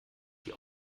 die